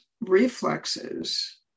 reflexes